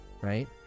Right